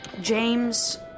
James